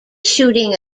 shooting